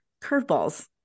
curveballs